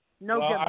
No